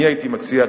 אני הייתי מציע,